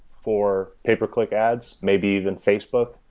for pay-per-click ads, maybe even facebook.